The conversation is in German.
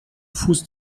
fuß